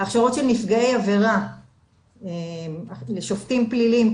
הכשרות של נפגעי עבירה לשופטים פליליים,